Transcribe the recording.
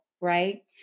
right